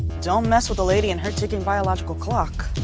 don't mess with a lady and her ticking biological clock.